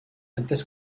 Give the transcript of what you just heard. antes